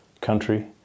country